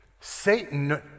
Satan